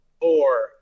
Four